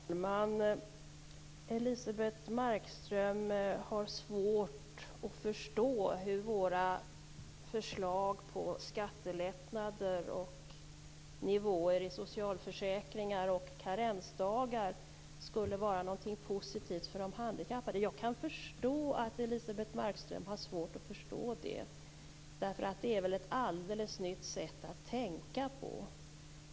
Herr talman! Elisebeht Markström har svårt att förstå hur våra förslag till skattelättnader, nivåer i socialförsäkringar och karensdagar skulle vara något positivt för de handikappade. Jag kan förstå att Elisebeht Markström har svårt att förstå det. Det är väl ett alldeles nytt sätt att tänka på.